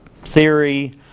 theory